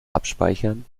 abspeichern